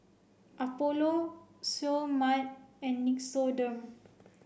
Apollo Seoul Mart and Nixoderm